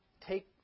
take